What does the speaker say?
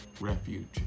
refuge